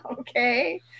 okay